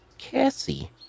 Cassie